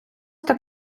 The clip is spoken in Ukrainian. так